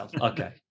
Okay